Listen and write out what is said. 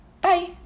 Bye